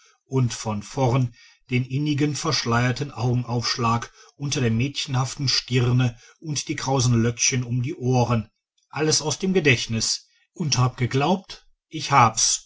und von vorn den innigen verschleierten augenaufschlag unter der mädchenhaften stirne und die krausen löckchen um die ohren alles aus dem gedächtnis und hab geglaubt ich hab's